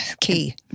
key